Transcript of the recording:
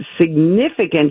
significant